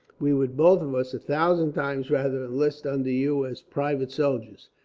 we would, both of us, a thousand times rather enlist under you as private soldiers.